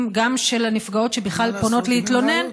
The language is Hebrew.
של הנפגעות שבכלל פונות להתלונן,